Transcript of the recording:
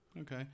Okay